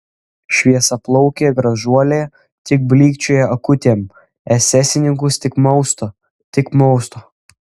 šviesiaplaukė gražuolė tik blykčioja akutėm esesininkus tik mausto tik mausto